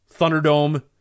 Thunderdome